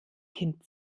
kind